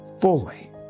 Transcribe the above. fully